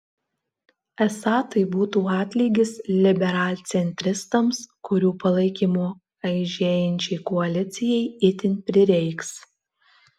esą tai būtų atlygis liberalcentristams kurių palaikymo aižėjančiai koalicijai itin prireiks